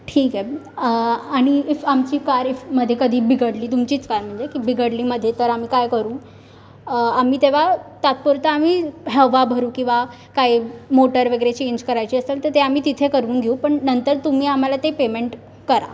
ठीक आहे आणि इफ आमची कार इफ मध्ये कधी बिघडली तुमचीच कार म्हणजे बिघडली मध्ये तर आम्ही काय करू आम्ही तेव्हा तात्पुरता आम्ही हवा भरू किंवा काय मोटर वगैरे चेंज करायची असेल तर ते आम्ही तिथे करवून घिऊ पण नंतर तुम्ही आम्हाला ते पेमेंट करा